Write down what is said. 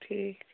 ٹھیٖک